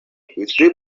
ытти